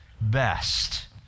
best